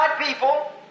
people